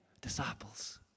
disciples